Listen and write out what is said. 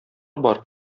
бар